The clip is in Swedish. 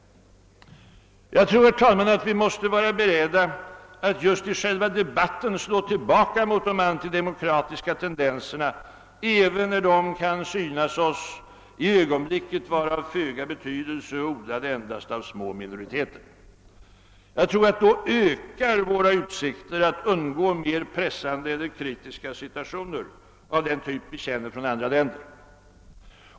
Jag tror, herr talman, att vi måste vara beredda att just i själva debatten slå tillbaka mot de antidemokratiska tendenserna även när dessa kan synas oss i ögonblicket vara av föga betydelse och odlade endast av små minoriteter. Då ökar våra utsikter att undgå mer pressande eller kritiska situationer av den typ vi känner från andra länder.